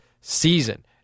season